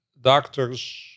doctors